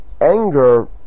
anger